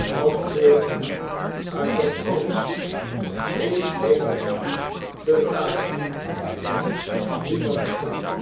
wat volgt nu uit dat alles ik geef het u te raden mijne heeren niemand sprak